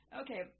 okay